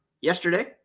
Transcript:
yesterday